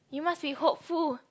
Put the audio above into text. you must be hopeful